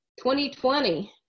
2020